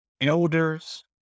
elders